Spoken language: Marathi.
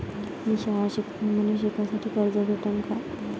मी शाळा शिकतो, मले शिकासाठी कर्ज भेटन का?